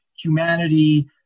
humanity